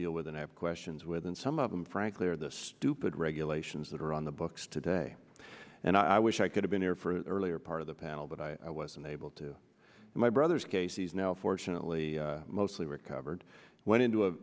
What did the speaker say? deal with and have questions with and some of them frankly are the stupid regulations that are on the books today and i wish i could have been here for earlier part of the panel but i was unable to my brother's case he's now fortunately mostly recovered went into a